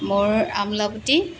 মোৰ আমলাপটি